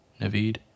Naveed